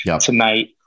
tonight